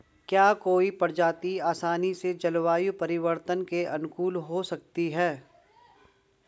क्या कोई प्रजाति आसानी से जलवायु परिवर्तन के अनुकूल हो सकती है?